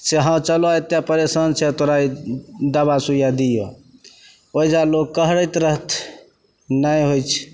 से हँ चलऽ एतेक परेशान छौ तोरा दबा सुइया दिअ ओहिजा लोग कहरैत रहतै नहि होइत छै